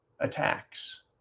attacks